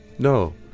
no